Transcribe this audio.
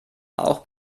auch